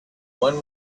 one